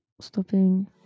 Stopping